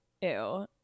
Ew